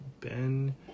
Ben